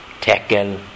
Tekel